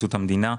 פרקליטות המדינה.